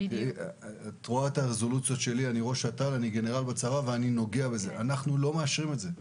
אנחנו לא מאשרים את זה.